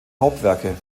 hauptwerke